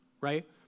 right